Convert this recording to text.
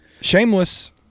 Shameless